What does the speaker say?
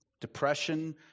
depression